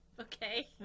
Okay